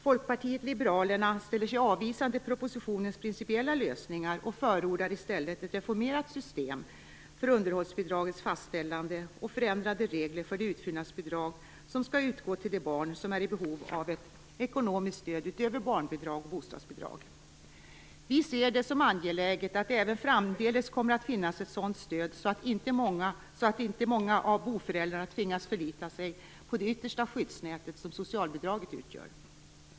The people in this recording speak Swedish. Folkpartiet liberalerna ställer sig avvisande till propositionens principiella lösningar och förordar i stället ett reformerat system för underhållsbidragets fastställande och förändrade regler för det utfyllnadsbidrag som skall utgå till de barn som är i behov av ett ekonomiskt stöd utöver barnbidrag och bostadsbidrag. Vi ser det som angeläget att det även framdeles kommer att finnas ett sådant stöd, så att inte många av boföräldrarna tvingas förlita sig på det yttersta skyddsnät som socialbidraget utgör.